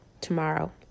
tomorrow